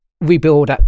rebuild